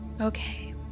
Okay